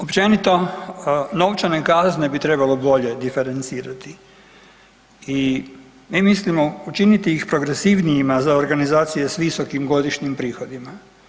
Općenito, novčane kazne bi trebalo bolje diferencirati i mi mislimo učiniti ih progresivnijima za organizacije s visokim godišnjim prihodima.